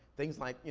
things like, you